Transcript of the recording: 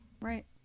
Right